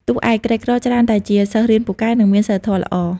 តួឯក ក្រីក្រច្រើនតែជាសិស្សរៀនពូកែ និងមានសីលធម៌ល្អ។